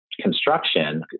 construction